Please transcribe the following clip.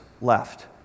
left